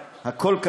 ראובן?